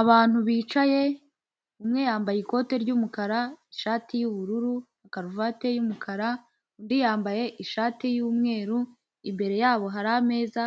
Abantu bicaye umwe yambaye ikote ry'umukara, ishati y'ubururu na karuvati y'umukara, undi yambaye ishati y'umweru, imbere yabo hari ameza